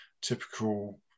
Typical